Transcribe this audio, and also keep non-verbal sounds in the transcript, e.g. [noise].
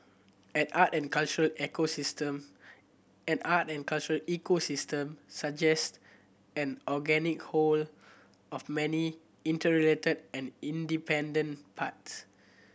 an art and cultural [unintelligible] an art and cultural ecosystem suggest an organic whole of many interrelated and interdependent parts